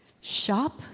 shop